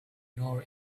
nor